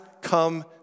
come